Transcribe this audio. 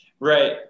Right